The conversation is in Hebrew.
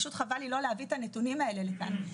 פשוט חבל לי לא להביא את הנתונים האלה לכאן,